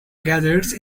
gadgets